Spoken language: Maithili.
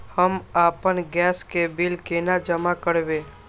हम आपन गैस के बिल केना जमा करबे?